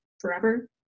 forever